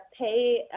pay